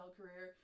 career